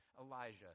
Elijah